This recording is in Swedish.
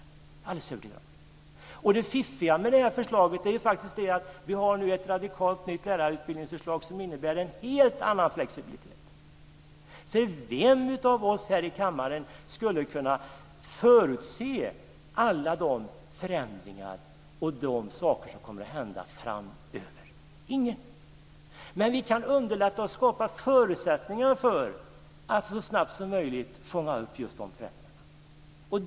Det är jag alldeles övertygad om. Det fiffiga med det här förslaget är faktiskt att vi nu har ett radikalt nytt lärarutbildningsförslag som innebär en helt annan flexibilitet. Vem av oss här i kammaren skulle kunna förutse alla de förändringar och alla de saker som kommer att hända framöver? Ingen. Men vi kan underlätta och skapa förutsättningar för att så snabbt som möjligt fånga upp just de förändringarna.